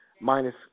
minus